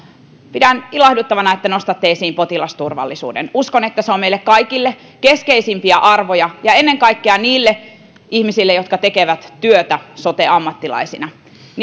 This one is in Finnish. pidän ilahduttavana että nostatte esiin potilasturvallisuuden uskon että se on keskeisimpiä arvoja meille kaikille ja ennen kaikkea niille ihmisille jotka tekevät työtä sote ammattilaisina